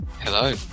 Hello